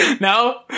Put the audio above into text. no